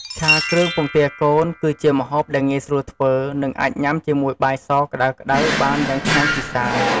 ឆាគ្រឿងពងទាកូន គឺជាម្ហូបដែលងាយស្រួលធ្វើ និងអាចញ៉ាំជាមួយបាយសក្តៅៗបានយ៉ាងឆ្ងាញ់ពិសា។